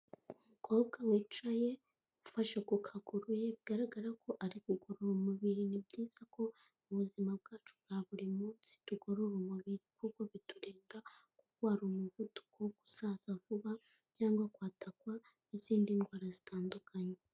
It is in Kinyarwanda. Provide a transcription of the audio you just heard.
Umukobwa wicaye, ufashe ku kaguru ye bigaragara ko ari ukugorora umubiri, ni byiza ko mu buzima bwacu bwa buri munsi tugorora umubiri kuko biturindata kurwara umuvuduko wo gusaza vuba cyangwa kwatakwa n'izindi ndwara zitandukanye.